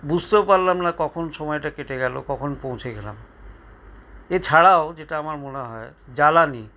বুঝতেও পারলাম না কখন সময়টা কেটে গেল কখন পৌঁছে গেলাম এছাড়াও যেটা আমার মনে হয় জ্বালানি